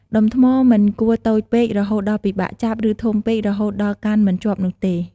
ដុំថ្មមិនគួរតូចពេក រហូតដល់ពិបាកចាប់ ឬធំពេក រហូតដល់កាន់មិនជាប់នោះទេ។